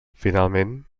finalment